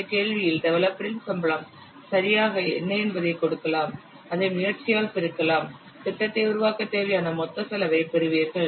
இந்த கேள்வியில் டெவலப்பரின் சம்பளம் சராசரியாக என்ன என்பதைக் கொடுக்கலாம் அதை முயற்சியால் பெருக்கலாம் திட்டத்தை உருவாக்கத் தேவையான மொத்த செலவைப் பெறுவீர்கள்